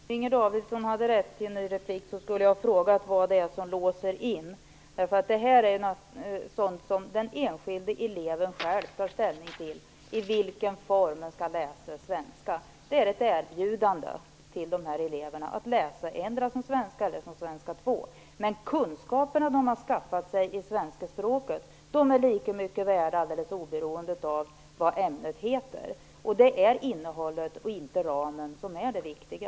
Fru talman! Om Inger Davidson hade rätt till en ny replik skulle jag ha frågat vad det är som låser in. Den enskilde eleven tar själv ställning till i vilken form han skall läsa svenska. Det är ett erbjudande till dessa elever att läsa det endera som svenska eller som svenska 2. Men de kunskaper de har skaffat sig i det svenska språket är lika mycket värda oberoende av vad ämnet heter. Det är innehållet och inte ramen som är det viktiga.